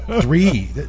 three